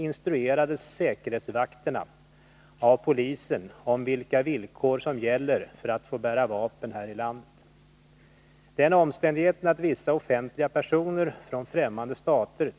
Sveriges skattebetalare kan alltså åsamkas betydande utgifter på grund av detta besök.